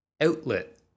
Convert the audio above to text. outlet